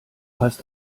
hast